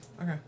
Okay